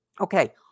Okay